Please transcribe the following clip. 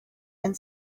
and